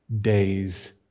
days